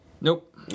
Nope